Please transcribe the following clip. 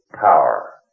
power